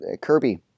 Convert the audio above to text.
Kirby